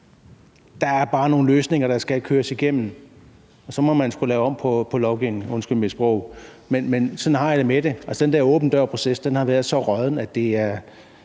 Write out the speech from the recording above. behov for nogle løsninger, der skal køres igennem. Og så må man sgu lave om på lovgivningen, undskyld mit sprog. Sådan har jeg det med det. Altså, den der åben dør-proces har været så rådden, at det er